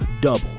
double